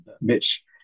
mitch